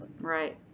right